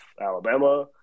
Alabama